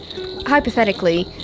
hypothetically